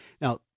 Now